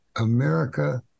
America